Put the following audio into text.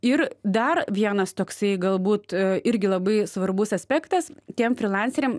ir dar vienas toksai galbūt irgi labai svarbus aspektas tiem frilanseriam